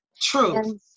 True